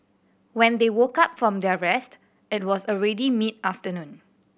when they woke up from their rest it was already mid afternoon